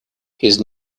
his